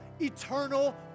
eternal